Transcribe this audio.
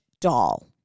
doll